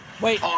Wait